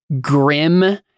grim